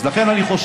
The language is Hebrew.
אז, לכן, אני חושב,